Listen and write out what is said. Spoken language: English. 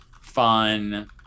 fun